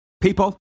people